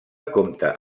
compta